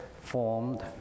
formed